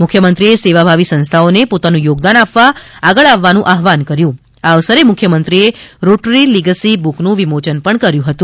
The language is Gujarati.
મુખ્યમંત્રીએ સેવાભાવી સંસ્થાઓને પોતાનું યોગદાન આપવા આગળ આવવાનું આહવાન કર્યું હતું આ અવસરે મુખ્યમંત્રીએ રોટરી લીગસી બુકનું વિમોચન કર્યું હતું